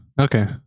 Okay